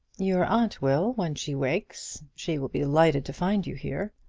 your aunt will, when she wakes. she will be delighted to find you here.